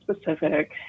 specific